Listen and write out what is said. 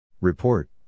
Report